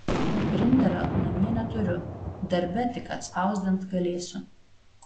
printerio namie neturiu darbe tik atspausdint galėsiu